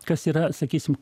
kas yra sakysim